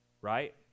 Right